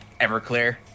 Everclear